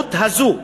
הגזענות הזו?